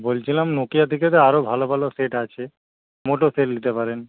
বলছিলাম নোকিয়া থেকে তো আরও ভালো ভালো সেট আছে মোটোর সেট নিতে পারেন